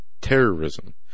terrorism